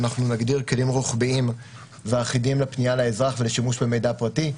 אנחנו נגדיר כלים רוחביים ואחידים לפנייה לאזרח ולשימוש במידע פרטי.